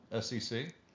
SEC